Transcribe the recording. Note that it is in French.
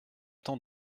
temps